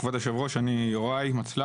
כבוד היושב-ראש, אני